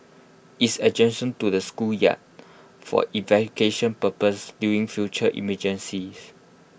it's adjacent to the schoolyard for evacuation purposes during future emergencies